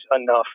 enough